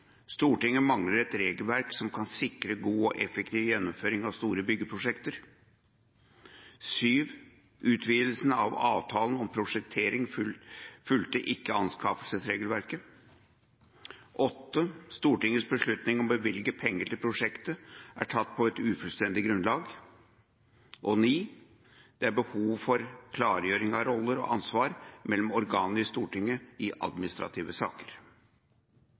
Stortinget mangler et regelverk som skal sikre god og effektiv gjennomføring av store byggeprosjekter. Utvidelse av avtalen om prosjektering fulgte ikke anskaffelsesregelverket. Stortingets beslutninger om å bevilge penger til prosjektet er tatt på et ufullstendig grunnlag. Det er behov for klargjøring av roller og ansvar mellom organene i Stortinget i administrative saker.